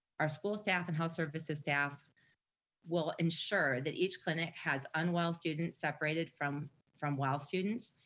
our school staff and health services staff will ensure that each clinic has unwell students separated from from well students,